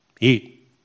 eat